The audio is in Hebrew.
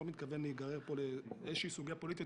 מתכוון להיגרר לאיזושהי סוגיה פוליטית.